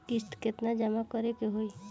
किस्त केतना जमा करे के होई?